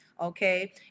okay